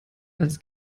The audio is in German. als